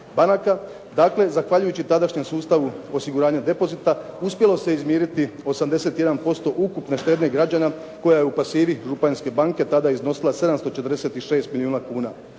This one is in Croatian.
banaka. Dakle zahvaljujući tadašnjem sustavu osiguranja depozita uspjelo se izmiriti 81% ukupne štednje građana koja je u pasivi Županjske banke tada iznosila 746 milijuna kuna.